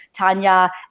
Tanya